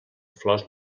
flors